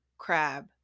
crab